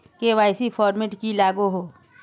KYC format की लागोहो?